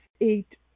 eight